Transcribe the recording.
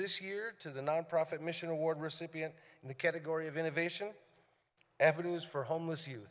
this year to the nonprofit mission award recipient in the category of innovation evidence for homeless you